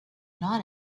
not